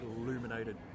illuminated